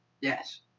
Yes